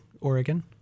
Oregon